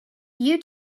you